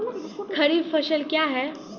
खरीफ फसल क्या हैं?